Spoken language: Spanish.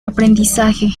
aprendizaje